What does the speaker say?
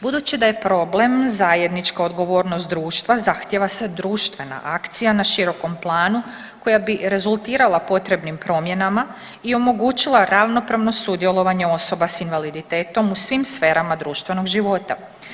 Budući da je problem zajednička odgovornost društva, zahtijeva se društvena akcija na širokom planu koja bi rezultirala potrebnim promjenama i omogućila ravnopravno sudjelovanje osoba s invaliditetom u svim sferama društvenog života.